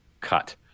cut